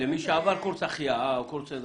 למי שעבר קורס החייאה או קורס עזרה